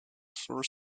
for